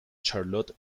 charlotte